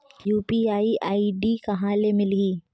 UPI ID कहां ले मिलही?